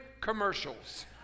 commercials